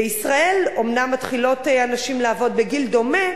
בישראל הנשים אומנם מתחילות לעבוד בגיל דומה,